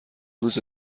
روزه